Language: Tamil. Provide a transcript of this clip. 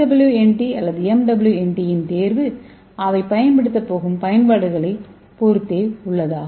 SWNT அல்லது MWNT இன் தேர்வு அவை பயன்படுத்தப் போகும் பயன்பாடுகளைப் பொறுத்தது